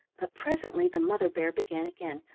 but presently the mother bear began again,